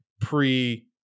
pre